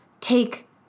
take